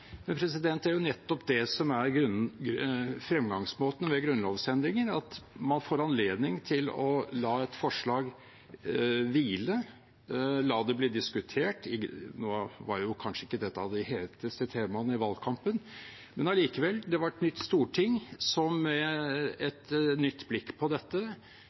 Men det er jo nettopp det som er fremgangsmåten ved grunnlovsendringer, at man får anledning til å la et forslag hvile, la det bli diskutert – nå var kanskje ikke dette av de heteste temaene i valgkampen, men allikevel. Det var et nytt storting som med et nytt blikk på dette